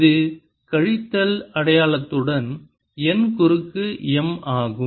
இது கழித்தல் அடையாளத்துடன் n குறுக்கு எம் ஆகும்